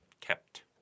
Kept